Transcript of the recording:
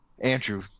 Andrew